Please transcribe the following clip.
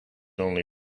only